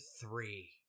three